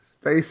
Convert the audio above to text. space